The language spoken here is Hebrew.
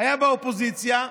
היה באופוזיציה,